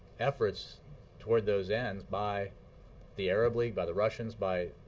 efforts toward those ends by the arab league, by the russians, by